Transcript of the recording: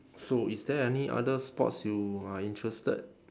so is there any other sports you are interested